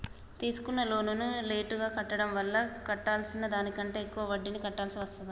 తీసుకున్న లోనును లేటుగా కట్టడం వల్ల కట్టాల్సిన దానికంటే ఎక్కువ వడ్డీని కట్టాల్సి వస్తదా?